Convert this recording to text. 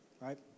Right